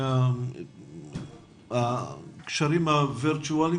באיזה קשרים וירטואליים